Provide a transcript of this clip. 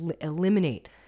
eliminate